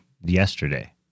yesterday